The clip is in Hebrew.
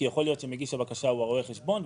כי יכול להיות שמגיש הבקשה הוא רואה החשבון,